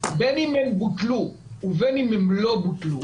בין אם הם בוטלו ובין אם הם לא בוטלו,